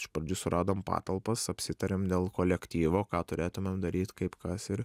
iš pradžių suradom patalpas apsitarėm dėl kolektyvo ką turėtumėm daryt kaip kas ir